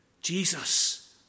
Jesus